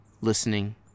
listening